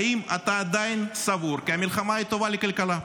האם אתה עדיין סבור כי המלחמה היא טובה לכלכלה?